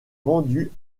vendu